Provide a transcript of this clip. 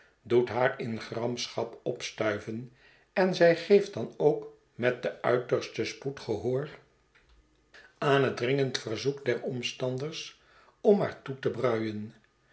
doet haar in gramschap opstuiven en zij geeft dan ook met den uitersten spoed gehoor aan schetsen van boz het dringend verzoek der omstanders om maar toe te bruien